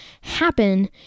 happen